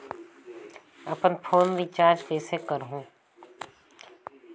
अपन phone recharge कइसे करहु?